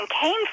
came